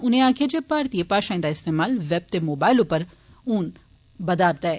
उनें आक्खेआ जे भारतीय भाशाएं दा इस्तेमाल वेब ते मोबाइल उप्पर बदा रदा ऐ